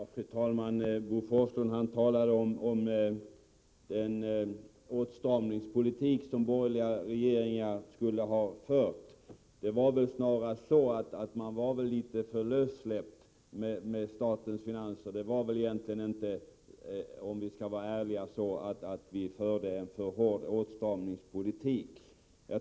Fru talman! Bo Forslund talade om den åtstramningspolitik som borgerliga regeringar skulle ha fört. Det var väl snarast så att man var litet för lössläppt med statens finanser. Om vi skall vara ärliga får vi väl erkänna att vi inte förde en för hård åtstramningspolitik.